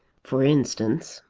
for instance,